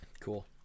Cool